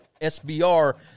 SBR